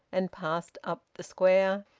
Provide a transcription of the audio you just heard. and passed up the square,